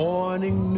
Morning